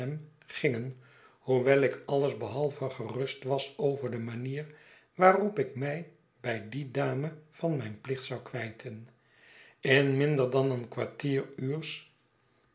gingen hoewel ik alles behalve gerust was over de manier waarop ik mij bij die dame van mijn plicht zou kwijten in minder dan een kwartier uurs